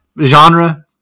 genre